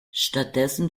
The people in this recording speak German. stattdessen